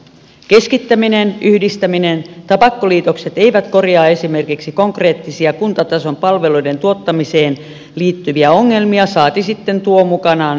keskittäminen yhdistäminen tai pakkoliitokset eivät korjaa esimerkiksi konkreettisia kuntatason palveluiden tuottamiseen liittyviä ongelmia saati sitten tuo mukanaan saletteja säästöjä